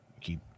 keep